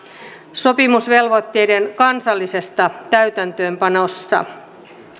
sopimusvelvoitteiden kansallisesta täytäntöönpanosta